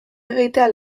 egitea